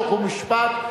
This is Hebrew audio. חוק ומשפט,